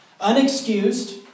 Unexcused